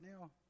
now